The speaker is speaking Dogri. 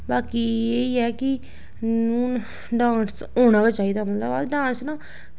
बाकी एह् ऐ कि हून डांस होना गै चाहिदा मतलब कि डांस ना